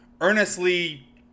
earnestly